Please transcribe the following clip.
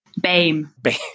BAME